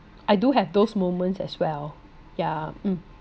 I do have those moments as well yeah mm